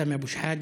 סמי אבו שחאדה,